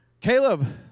Caleb